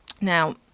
Now